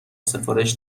سفارش